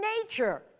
nature